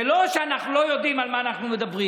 זה לא שאנחנו לא יודעים על מה אנחנו מדברים,